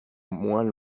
moins